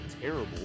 terrible